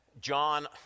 John